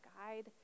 guide